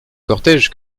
cortége